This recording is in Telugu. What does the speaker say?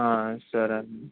హా సరే అండి